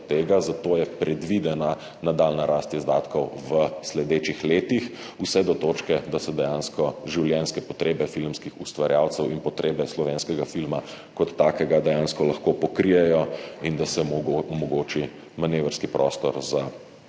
zato je predvidena nadaljnja rast izdatkov v sledečih letih vse do točke, da se dejansko življenjske potrebe filmskih ustvarjalcev in potrebe slovenskega filma kot takega lahko pokrijejo in da se mu omogoči manevrski prostor za